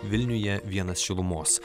vilniuje vienas šilumos